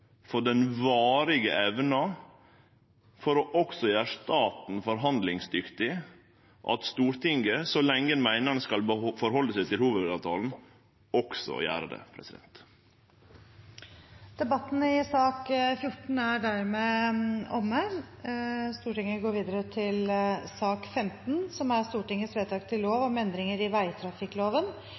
for den varige evna for å gjere staten forhandlingsdyktig at Stortinget – så lenge ein meiner at ein skal halde seg til hovudavtalen – også gjer det. Debatten i sak nr. 14 er dermed omme. Ingen har bedt om ordet. Ingen har bedt om ordet. Da er Stortinget klar til å gå til votering. Under debatten er